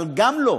אבל גם לא,